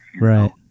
Right